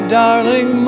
darling